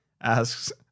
asks